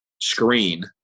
screen